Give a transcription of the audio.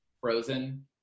frozen